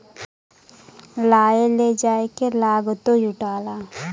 लाए ले जाए के लागतो जुड़ाला